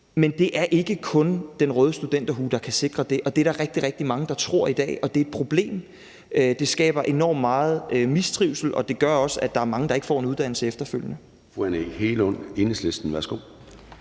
men det er ikke kun den rød-hvide studenterhue, der kan sikre det, og det er der rigtig, rigtig mange, der tror i dag, og det er et problem. Det skaber enormt meget mistrivsel, og det gør også, at der er mange, der efterfølgende